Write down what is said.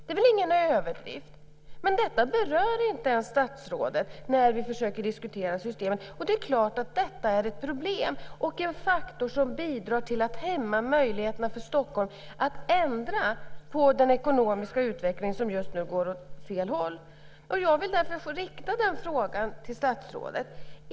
Det är väl ingen överdrift? Men detta berör inte ens statsrådet när vi försöker diskutera systemet. Det är klart att detta är ett problem och en faktor som bidrar till att hämma möjligheterna för Stockholm att ändra på den ekonomiska utvecklingen som just nu går åt fel håll. Jag vill därför rikta en fråga till statsrådet.